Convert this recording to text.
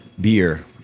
beer